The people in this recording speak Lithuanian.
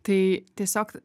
tai tiesiog